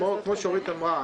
כפי שאורית אמרה,